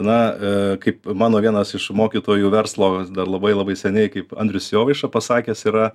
na kaip mano vienas iš mokytojų verslovės dar labai labai seniai kaip andrius jovaiša pasakęs yra